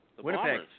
Winnipeg